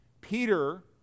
Peter